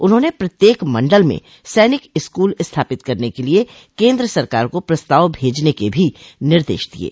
उन्होंने प्रत्येक मंडल में सैनिक स्कूल स्थापित करने के लिये केन्द्र सरकार को प्रस्ताव भेजने के भी निर्देश दिये